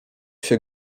się